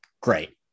great